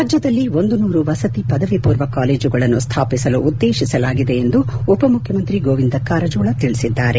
ರಾಜ್ಯದಲ್ಲಿ ಒಂದು ನೂರು ವಸತಿ ಪದವಿ ಮೂರ್ವ ಕಾಲೇಜುಗಳನ್ನು ಸ್ವಾಪಿಸಲು ಉದ್ದೇಶಿಸಲಾಗಿದೆ ಎಂದು ಉಪಮುಖ್ಯಮಂತ್ರಿ ಗೋವಿಂದ ಕಾರಜೋಳ ತಿಳಿಸಿದ್ದಾರೆ